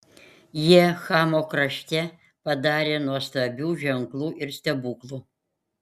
jie chamo krašte padarė nuostabių ženklų ir stebuklų